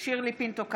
שירלי פינטו קדוש,